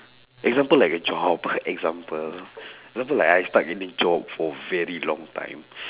example like a job example example like I stuck in a job for very long time